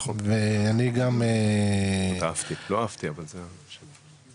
נכון, לא אהבתי אבל זה מה שזה.